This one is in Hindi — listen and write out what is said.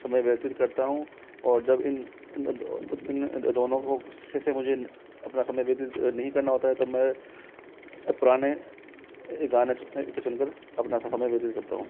समय व्यतीत करता हूँ और जब इन दोनों को से से मुझे अपना समय व्यतीत नहीं करना होता है तो मैं पुराने गाने सुन कर अपना समय व्यतीत करता हूँ